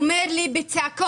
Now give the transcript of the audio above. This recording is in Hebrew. הוא אמר לי בצעקות: